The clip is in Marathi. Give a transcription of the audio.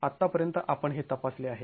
तर आतापर्यंत आपण हे तपासले आहे